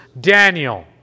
Daniel